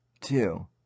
Two